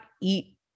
eat